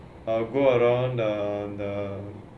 or go around the